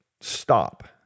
stop